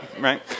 right